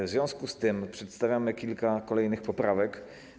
W związku z tym przedstawiamy kilka kolejnych poprawek.